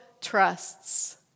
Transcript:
trusts